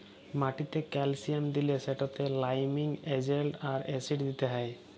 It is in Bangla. মাটিতে ক্যালসিয়াম দিলে সেটতে লাইমিং এজেল্ট আর অ্যাসিড দিতে হ্যয়